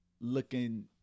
looking